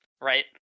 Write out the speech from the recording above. Right